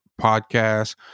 podcast